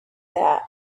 that